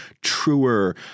truer